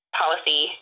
policy